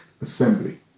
assembly